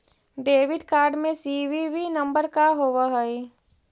Debit card में CVV number का होव हइ?